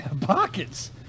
pockets